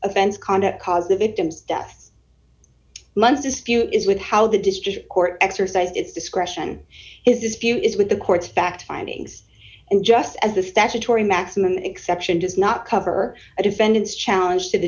offense conduct caused the victims death months dispute is with how the district court exercised its discretion is this view is with the courts fact findings and just as the statutory maximum exception does not cover a defendant's challenge to the